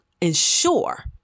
ensure